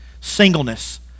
Singleness